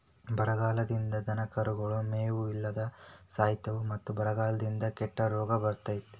ಬರಗಾಲದಿಂದ ದನಕರುಗಳು ಮೇವು ಇಲ್ಲದ ಸಾಯಿತಾವ ಮತ್ತ ಬರಗಾಲದಿಂದ ಕೆಟ್ಟ ರೋಗ ಬರ್ತೈತಿ